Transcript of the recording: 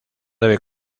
debe